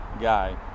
guy